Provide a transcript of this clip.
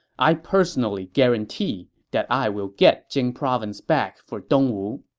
i personally guarantee that i will get jing province back for dongwu.